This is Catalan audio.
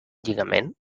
lligament